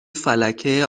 فلکه